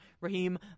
Raheem